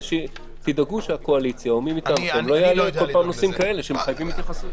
תדאגו שהקואליציה או מי מטעמכם לא יעלו נושאים כאלה שמחייבים התייחסות.